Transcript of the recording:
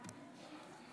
אדוני היושב-ראש,